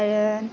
आरो